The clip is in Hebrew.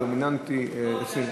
טוב,